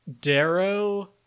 Darrow